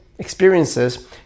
experiences